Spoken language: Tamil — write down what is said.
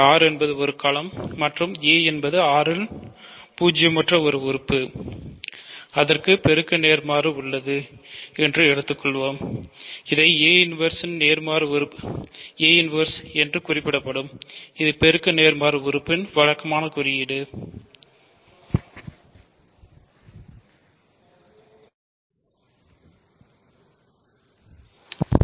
R என்பது ஒரு களம் வழக்கமான குறியீடாகும்